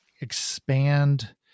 expand